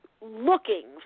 looking